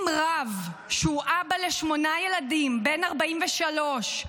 אם רב שהוא אבא לשמונה ילדים, בן 43,